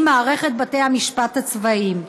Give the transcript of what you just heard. היא מערכת בתי המשפט הצבאיים.